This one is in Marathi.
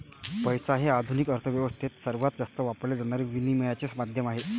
पैसा हे आधुनिक अर्थ व्यवस्थेत सर्वात जास्त वापरले जाणारे विनिमयाचे माध्यम आहे